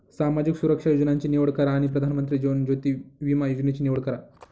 सामाजिक सुरक्षा योजनांची निवड करा आणि प्रधानमंत्री जीवन ज्योति विमा योजनेची निवड करा